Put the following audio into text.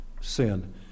sin